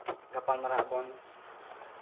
ᱜᱟᱯᱟᱞ ᱢᱟᱨᱟᱜᱼᱟᱵᱚᱱ